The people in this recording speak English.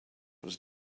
was